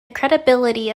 credibility